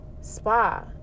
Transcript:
spa